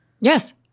Yes